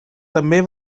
també